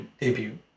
debut